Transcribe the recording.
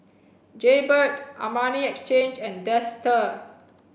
Jaybird Armani Exchange and Dester